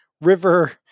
river